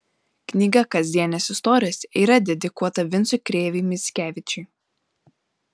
knyga kasdienės istorijos yra dedikuota vincui krėvei mickevičiui